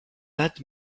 that